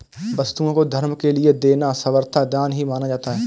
वस्तुओं को धर्म के लिये देना सर्वथा दान ही माना जाता है